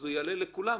הוא יעלה לכולם.